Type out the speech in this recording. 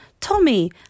Tommy